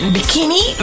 Bikini